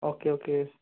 okay okay